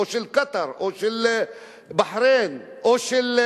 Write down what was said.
או של קטאר, או של בחריין, או של,